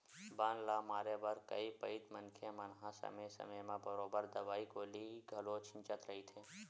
बन ल मारे बर कई पइत मनखे मन हा समे समे म बरोबर दवई गोली घलो छिंचत रहिथे